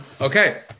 Okay